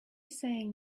saying